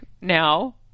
now